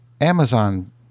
Amazon